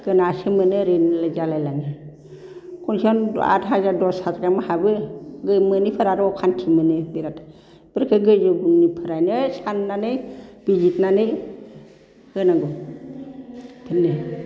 गोनांआसो मोनो ओरै जालाय लाङो खयजन आद हाजार दस हाजार गाहाम हाबो मोनिफोरा आरो अखान्थि मोनो बिराद बेफोरखौ गोजौनिफ्रायनो साननानै बिजिरनानै होनांगौ बेफोरनो